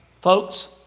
Folks